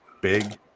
big